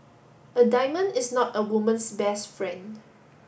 a diamond is not a woman's best friend